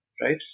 right